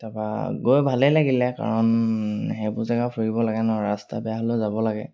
তাৰপৰা গৈ ভালেই লাগিলে কাৰণ সেইবোৰ জেগা ফুৰিব লাগে ন ৰাস্তা বেয়া হ'লেও যাব লাগে